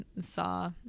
saw